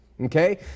Okay